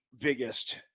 biggest